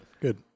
good